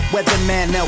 Weatherman